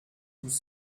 sous